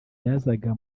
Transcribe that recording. yazaga